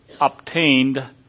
obtained